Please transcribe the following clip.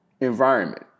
environment